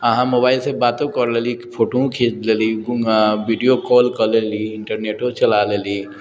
अहाँ मोबाइलसँ बातो कर लेली फोटो खिञ्च लेली विडियो कॉल कऽ लेली इण्टरनेटो चला लेली